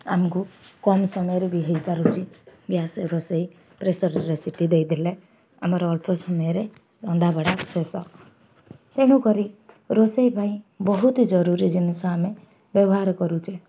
ଆମକୁ କମ୍ ସମୟରେ ବି ହେଇପାରୁଛି ଗ୍ୟାସ୍ ରୋଷେଇ ପ୍ରେସର୍ରେ ସିଟି ଦେଇଦେଲେ ଆମର ଅଳ୍ପ ସମୟରେ ରନ୍ଧାବଡ଼ା ଶେଷ ତେଣୁକରି ରୋଷେଇ ପାଇଁ ବହୁତ ଜରୁରୀ ଜିନିଷ ଆମେ ବ୍ୟବହାର କରୁଛେ